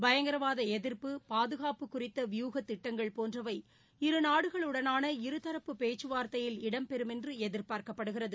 பயங்கராவாத எதிர்ப்டு பாதுகாட்டு குறித்த வியூகத் திட்டங்கள் போன்றவை இருநாடுகளுடனான இருதரப்பு பேச்சுவார்த்தையில் இடம்பெறும் என்று எதிர்பார்க்கப்படுகிறது